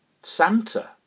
Santa